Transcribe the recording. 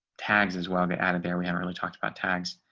tags as well. get out of there. we haven't really talked about tags.